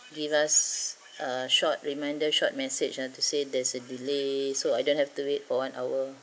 give us a short reminder short message ah to say there's a delay so I don't have to wait for one hour